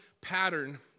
pattern